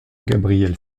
gabriel